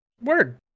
Word